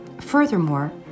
Furthermore